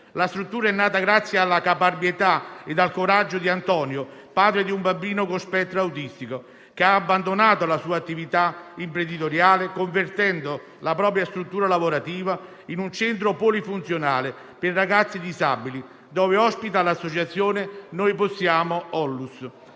La struttura è nata grazie alla caparbietà e al coraggio di Antonio, padre di un bambino con spettro autistico, che ha abbandonato la sua attività imprenditoriale, convertendo la propria struttura lavorativa in un centro polifunzionale per ragazzi disabili, dove ospita l'associazione "Noi possiamo" ONLUS.